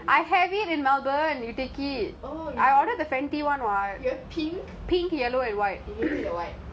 I like the oh